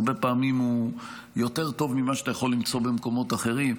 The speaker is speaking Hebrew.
הרבה פעמים הוא יותר טוב ממה שאתה יכול למצוא במקומות אחרים.